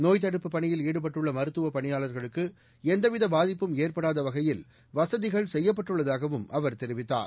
நோய் தடுப்புப் பணியில் ஈடுபட்டுள்ள மருத்துவ பணியாளர்களுக்கு எந்தவித பாதிப்பும் ஏற்படாத வகையில் வசதிகள் செய்யப்பட்டுள்ளதாகவும் அவர் தெரிவித்தார்